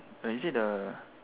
the is it the